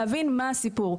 להבין מה הסיפור.